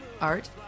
art